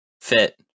fit